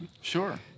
sure